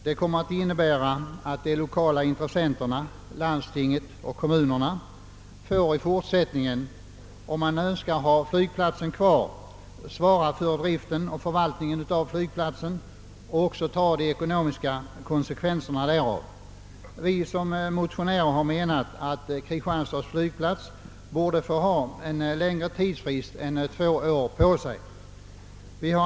Detta kommer att innebära att de lokala intressenterna, landstinget och kommunerna, i fortsättningen får svara för driften och förvaltningen av flygplatsen, om de önskar ha den kvar, och även ta de ekonomiska konsekvenserna av detta. Vi motionärer anser att Kristianstads flygplats borde få en längre tidsfrist än två år.